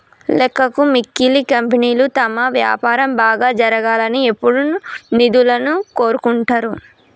లెక్కకు మిక్కిలి కంపెనీలు తమ వ్యాపారం బాగా జరగాలని ఎప్పుడూ నిధులను కోరుకుంటరు